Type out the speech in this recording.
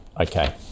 okay